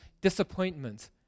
Disappointment